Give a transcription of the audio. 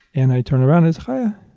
and i turn around, it's chaya.